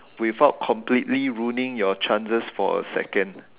without completely ruining your chances for a second